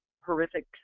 horrific